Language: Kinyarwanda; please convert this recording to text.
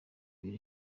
ibiri